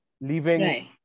leaving